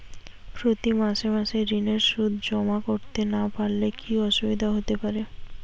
প্রতি মাসে মাসে ঋণের সুদ জমা করতে না পারলে কি অসুবিধা হতে পারে?